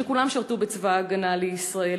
שכולם שירתו בצבא ההגנה לישראל,